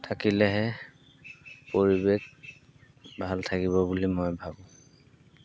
থাকিলেহে পৰিৱেশ ভাল থাকিব বুলি মই ভাবোঁ